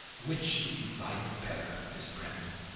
which do you like better, miss brandon,